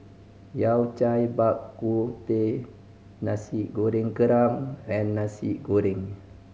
Yao Cai Bak Kut Teh Nasi Goreng Kerang and Nasi Goreng